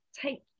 take